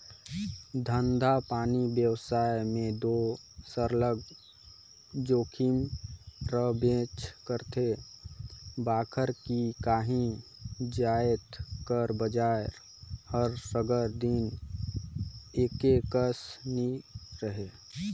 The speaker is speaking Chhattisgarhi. धंधापानी बेवसाय में दो सरलग जोखिम रहबेच करथे काबर कि काही जाएत कर बजार हर सगर दिन एके कस नी रहें